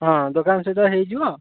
ହଁ ଦୋକାନ ସହିତ ହୋଇଯିବ